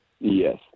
Yes